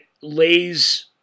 lays